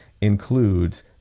includes